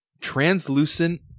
translucent